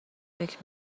فکر